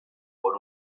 por